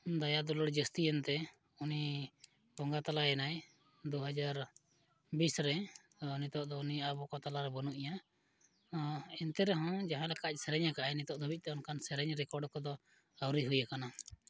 ᱫᱟᱭᱟ ᱫᱩᱞᱟᱹᱲ ᱡᱟᱹᱥᱛᱤᱭᱮᱱᱛᱮ ᱩᱱᱤ ᱵᱚᱸᱜᱟ ᱛᱟᱞᱟᱭᱮᱱᱟᱭ ᱫᱩ ᱦᱟᱡᱟᱨ ᱵᱤᱥ ᱨᱮ ᱱᱤᱛᱳᱜ ᱫᱚ ᱩᱱᱤ ᱟᱵᱚ ᱠᱚ ᱛᱟᱞᱟᱨᱮ ᱵᱟᱹᱱᱩᱜᱮᱟ ᱮᱱᱛᱮ ᱨᱮᱦᱚᱸ ᱟᱡ ᱡᱟᱦᱟᱸ ᱞᱮᱠᱟ ᱥᱮᱨᱮᱧ ᱟᱠᱟᱫᱟᱭ ᱱᱤᱛᱳᱜ ᱫᱷᱟᱹᱵᱤᱡᱼᱛᱮ ᱚᱱᱠᱟᱱ ᱥᱮᱨᱮᱧ ᱨᱮᱠᱚᱨᱰ ᱠᱚᱫᱚ ᱟᱹᱣᱨᱤ ᱦᱩᱭ ᱟᱠᱟᱱᱟ